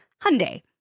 Hyundai